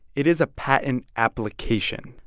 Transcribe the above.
it is a patent application,